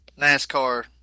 NASCAR